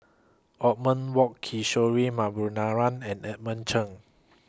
Othman Wok Kishore Mahbubani and Edmund Cheng